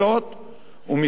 ומצד שני,